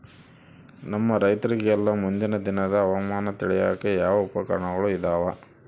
ನಮ್ಮ ರೈತರಿಗೆಲ್ಲಾ ಮುಂದಿನ ದಿನದ ಹವಾಮಾನ ತಿಳಿಯಾಕ ಯಾವ ಉಪಕರಣಗಳು ಇದಾವ?